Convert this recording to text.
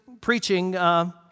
preaching